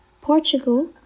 Portugal